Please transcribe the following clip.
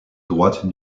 droite